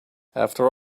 after